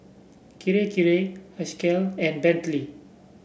Kirei Kirei and Bentley